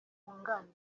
wunganira